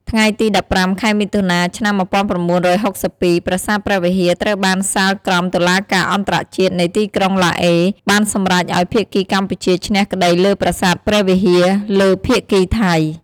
ថ្ងៃទី១៥ ខែមិថុនា ឆ្នាំ១៩៦២ ប្រាសាទព្រះវិហារត្រូវបានសាលក្រមតុលាការអន្តរជាតិនៃទីក្រុងឡាអេ បានសម្រេចឱ្យភាគីកម្ពុជាឈ្នះក្តីលើប្រាសាទព្រះវិហារ លើភាគីថៃ។